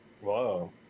Whoa